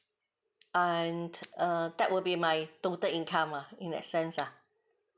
and err that will be my total income lah in that sense ah